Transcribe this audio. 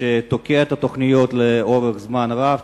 שתוקע את התוכניות לאורך זמן רב,